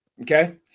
Okay